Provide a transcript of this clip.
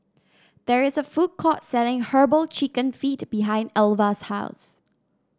there is a food court selling herbal chicken feet behind Alva's house